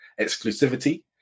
exclusivity